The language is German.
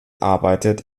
arbeitet